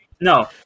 no